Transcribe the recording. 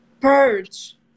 purge